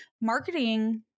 marketing